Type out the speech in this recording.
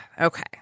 okay